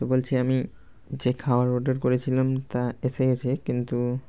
তো বলছি আমি যে খাওয়ার অর্ডার করেছিলাম তা এসে গেছে কিন্তু